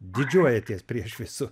didžiuojatės prieš visus